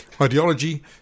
Ideology